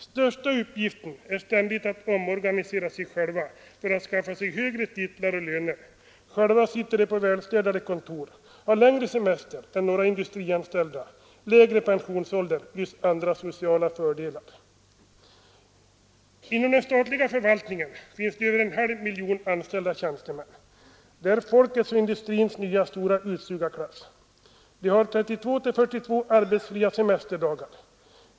——— Största uppgiften är att ständigt omorganisera sig själva för att skaffa sig högre titlar och löner. Själva sitter de på välstädade kontor, har längre semester än några industrianställda, lägre pensionsålder plus andra sociala fördelar. ——— Inom den statliga förvaltningen finns nu över en halv miljon anställda tjänstemän. Det är folkets och industrins nya stora utsugarklass. De har 32-42 arbetsfria semesterdagar.